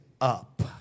up